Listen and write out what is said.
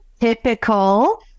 typical